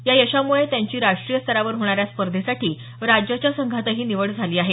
या यशामुळे त्याची राष्ट्रीय स्तरावर होणाऱ्या स्पर्धेसाठी राज्याच्या संघातही निवड झाली आहे